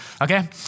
okay